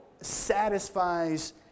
satisfies